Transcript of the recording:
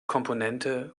komponente